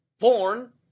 porn